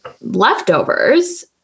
leftovers